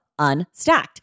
Unstacked